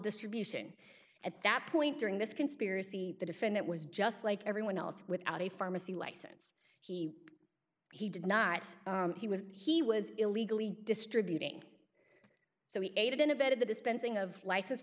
distribution at that point during this conspiracy the defendant was just like everyone else without a pharmacy license he he did not say he was he was illegally distributing so we aided and abetted the dispensing of license